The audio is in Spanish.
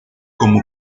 como